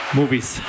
movies